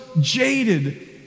jaded